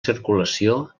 circulació